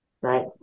right